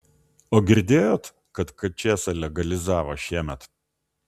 o girdėjot kad kačėsą legalizavo šiemet